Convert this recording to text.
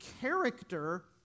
character